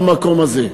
במקום הזה.